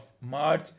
March